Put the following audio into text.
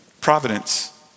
Providence